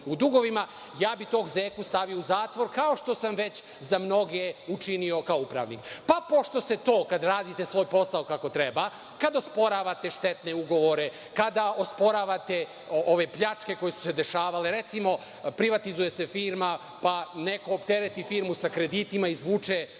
u dugovima, tog Zeku bih stavio u zatvor, kao što sam već za mnoge učinio, kao upravnik. Pošto se to, kada radite svoj posao kako treba, kada osporavate štetne ugovore, kada osporavate ove pljačke koje su se dešavale, recimo, privatizuje se firma, neko optereti firmu sa kreditima, izvuče pare